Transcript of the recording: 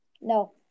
No